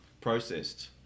processed